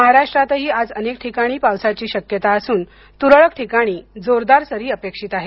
महाराष्ट्रातही आज अनेक ठिकाणी पावसाची शक्यता असून तुरळक ठिकाणी जोरदार सरी अपेक्षित आहेत